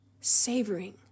savoring